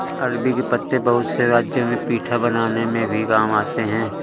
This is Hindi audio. अरबी के पत्ते बहुत से राज्यों में पीठा बनाने में भी काम आते हैं